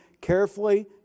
carefully